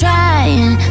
Trying